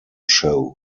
show